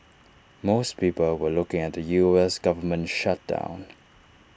most people were looking at the U S Government shutdown